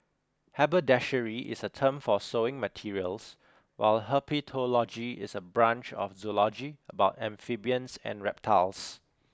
haberdashery is a term for sewing materials while herpetology is a branch of zoology about amphibians and reptiles